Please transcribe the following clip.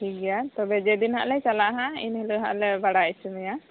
ᱴᱷᱤᱠ ᱜᱮᱭᱟ ᱛᱚᱵᱮ ᱡᱮᱫᱤᱱ ᱱᱟᱦᱟᱸᱜ ᱟᱞᱮ ᱪᱟᱞᱟᱜᱼᱟ ᱦᱟᱸᱜ ᱮᱱᱦᱤᱞᱳᱜ ᱦᱟᱸᱜ ᱞᱮ ᱵᱟᱲᱟᱭ ᱚᱪᱚ ᱢᱮᱭᱟ